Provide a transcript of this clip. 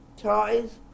toys